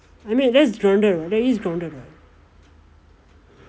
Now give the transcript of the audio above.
I mean that's grounded what that is grounded what